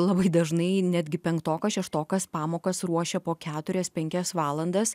labai dažnai netgi penktokas šeštokas pamokas ruošia po keturias penkias valandas